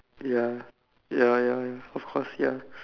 ya ya ya ya of course ya